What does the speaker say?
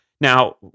Now